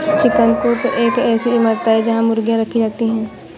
chicken coop एक ऐसी इमारत है जहां मुर्गियां रखी जाती हैं